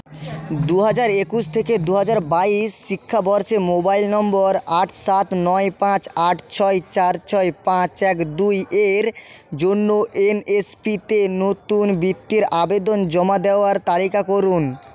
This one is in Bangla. দু হাজার একুশ থেকে দু হাজার বাইশ শিক্ষাবর্ষে মোবাইল নম্বর আট সাত নয় পাঁচ আট ছয় চার ছয় পাঁচ এক দুই এর জন্য এনএসপিতে নতুন বৃত্তির আবেদন জমা দেওয়ার তালিকা করুন